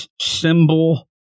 symbol